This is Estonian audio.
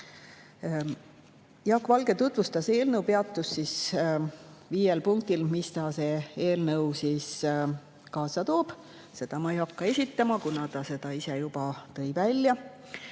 Jaak Valge tutvustas eelnõu, peatus viiel punktil, mida see eelnõu kaasa toob. Neid ma ei hakka esitama, kuna ta ise tõi need juba välja.